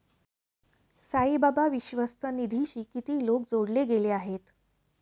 साईबाबा विश्वस्त निधीशी किती लोक जोडले गेले आहेत?